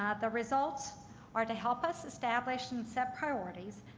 the results are to help us establish and set priorities,